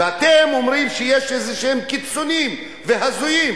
ואתם אומרים שיש איזה קיצונים והזויים,